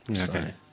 Okay